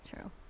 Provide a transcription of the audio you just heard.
True